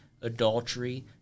adultery